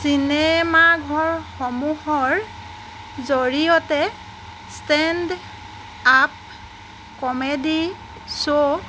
চিনেমাঘৰসমূহৰ জৰিয়তে stand up comedy show